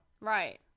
right